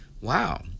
wow